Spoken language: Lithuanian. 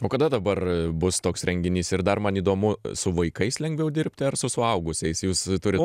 o kada dabar bus toks renginys ir dar man įdomu su vaikais lengviau dirbti ar su suaugusiais jūs turit